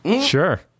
Sure